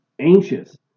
anxious